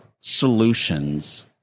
solutions